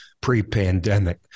pre-pandemic